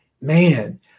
man